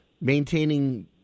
maintaining